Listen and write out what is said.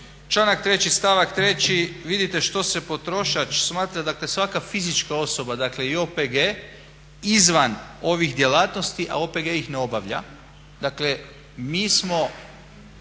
članak 3. stavak 3. vidite što se potrošač smatra, dakle svaka fizička osoba i OPG izvan ovih djelatnosti, a OPG ih ne obavlja. Dakle mi smo